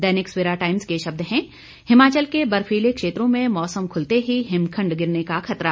दैनिक Savera times के शब्द हैं हिमाचल के बर्फीले क्षेत्रों में मौसम खुलते ही हिमखंड गिरने का खतरा